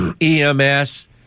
EMS